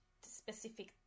specific